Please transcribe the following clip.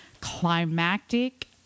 climactic